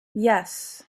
yes